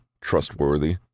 trustworthy